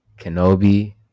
Kenobi